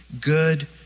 good